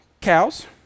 cows